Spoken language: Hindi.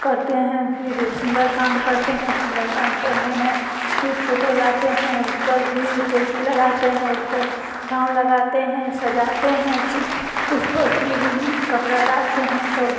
करते हैं फिर सुंदरकांड करते हैं सुंदरकांड करने में फिर फोटो लाते हैं उस पर भी चौकी लगाते हैं उस पर टाउँ लगाते हैं सजाते हैं स उस पर फिर कपड़ा डालते हैं तब